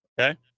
Okay